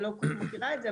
אני לא כל כך מכירה את זה,